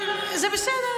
זה בסדר,